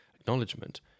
acknowledgement